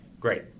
great